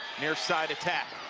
near side attack.